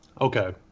Okay